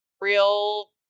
real